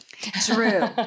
True